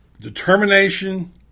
Determination